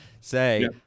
say